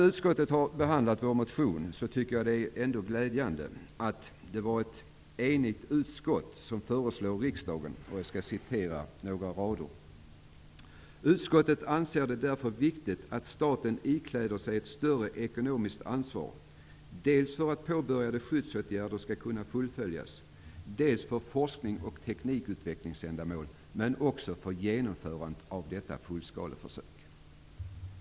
Utskottet har nu behandlat vår motion, och det är glädjande att ett enigt utskott i betänkandet skriver: ''Utskottet anser det därför viktigt att staten ikläder sig ett större ekonomiskt ansvar, dels för att påbörjade skyddsåtgärder skall kunna fullföljas, dels för forsknings och teknikutvecklingsändamål men också för genomförande av detta fullskaleförsök.''